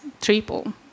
triple